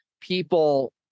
people